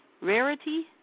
Rarity